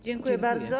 Dziękuję bardzo.